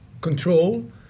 control